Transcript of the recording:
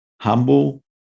humble